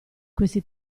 questi